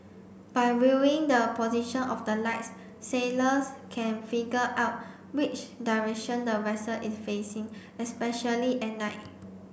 by viewing the position of the lights sailors can figure out which direction the vessel is facing especially at night